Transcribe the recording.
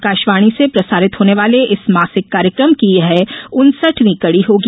आकाशवाणी से प्रसारित होने वाले इस मासिक कार्यक्रम की यह उनसठवीं कड़ी होगी